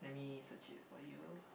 let me search it for you